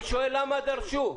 אני שואל למה דרשו.